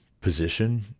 position